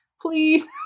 Please